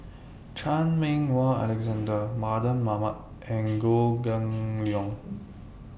Chan Meng Wah Alexander Mardan Mamat and Goh Kheng Long